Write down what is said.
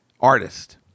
artist